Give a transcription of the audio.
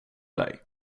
dig